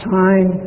time